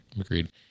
Agreed